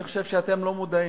אני חושב שאתם לא מודעים,